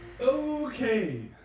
Okay